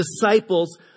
disciples